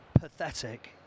pathetic